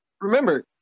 Remember